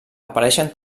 apareixen